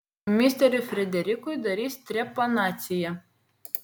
misteriui frederikui darys trepanaciją